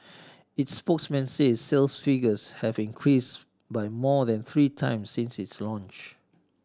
its spokesman says sales figures have increase by more than three times since it launch